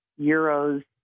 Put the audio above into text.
euros